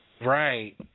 Right